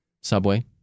subway